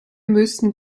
müssen